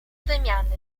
wymiany